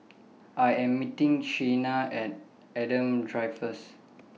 I Am meeting Chynna At Adam Drive First